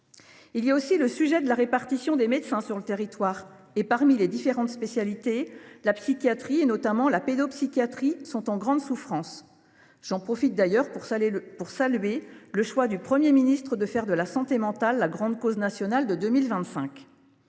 aussi le problème de la répartition des médecins sur le territoire et parmi les différentes spécialités ; la psychiatrie, et notamment la pédopsychiatrie, est en grande souffrance. J’en profite d’ailleurs pour saluer le choix du Premier ministre de faire de la santé mentale la grande cause nationale de 2025.